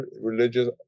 religious